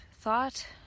thought